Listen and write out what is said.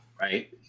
right